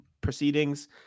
proceedings